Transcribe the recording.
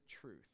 truth